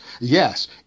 Yes